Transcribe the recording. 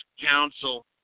council